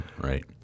Right